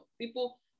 people